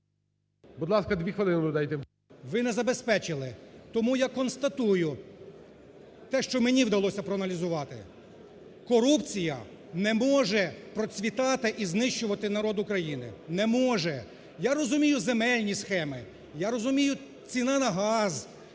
Будь ласка, дві хвилини додайте. МУСІЙ О.С. Ви не забезпечили. Тому я констатую те, що мені вдалося проаналізувати. Корупція не може процвітати і знищувати народ України, не може. Я розумію земельні схеми, я розумію ціна на газ,